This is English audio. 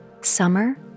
Summer